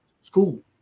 school